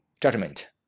judgment